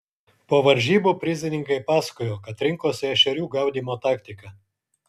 po varžybų prizininkai pasakojo kad rinkosi ešerių gaudymo taktiką